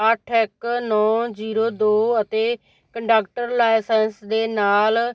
ਅੱਠ ਇੱਕ ਨੌਂ ਜੀਰੋ ਦੋ ਅਤੇ ਕੰਡਕਟਰ ਲਾਇਸੈਂਸ ਦੇ ਨਾਲ